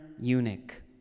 eunuch